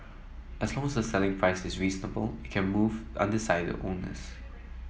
as long as selling price is reasonable it can move undecided owners